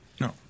No